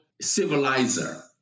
civilizer